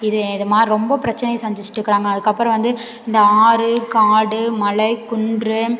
இது இது மாதிரி ரொம்ப பிரச்சினைய சந்திச்சுட்ருக்கறாங்க அதுக்கப்புறம் வந்து இந்த ஆறு காடு மலை குன்று